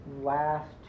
last